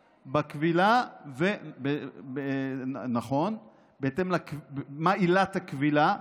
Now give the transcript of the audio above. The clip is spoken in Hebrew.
בכבילה, נכון, מה עילת הכבילה,